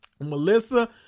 Melissa